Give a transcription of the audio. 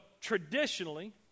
traditionally